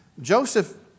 Joseph